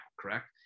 Correct